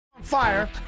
fire